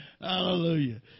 Hallelujah